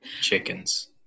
chickens